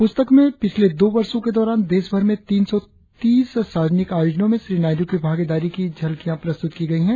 पुस्तक में पिछले दो वर्षो के दौरान देश भर में तीन सौ तीस सार्वजनिक आयोजनो में श्री नायड्र की भागीदारी की झलकिया प्रस्तुत की गयी है